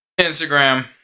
Instagram